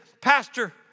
Pastor